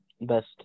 best